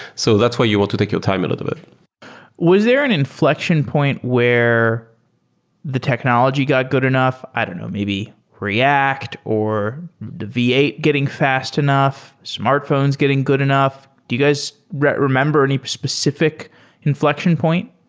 so that's why you want to take your time to do it was there an inflection point where the technology got good enough? i don't know. maybe react or the v eight getting fast enough, smartphones getting good enough. do you guys remember any specific inflection point?